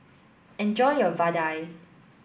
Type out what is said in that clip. enjoy your Vadai